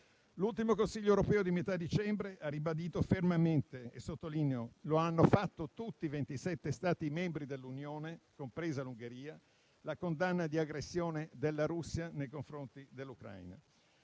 L'ultimo Consiglio europeo di metà dicembre ha ribadito fermamente - e sottolineo che lo hanno fatto tutti i ventisette Stati membri dell'Unione, compresa l'Ungheria - la condanna all'aggressione della Russia nei confronti dell'Ucraina.